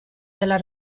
della